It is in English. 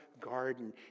garden